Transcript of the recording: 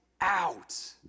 out